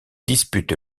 dispute